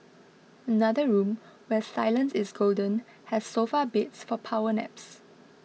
another room where silence is golden has sofa beds for power naps